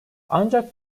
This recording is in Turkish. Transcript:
ancak